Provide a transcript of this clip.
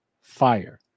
fire